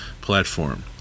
platform